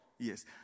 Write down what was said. Yes